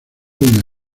una